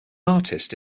artist